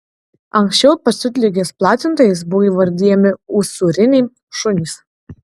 anksčiau pasiutligės platintojais buvo įvardijami usūriniai šunys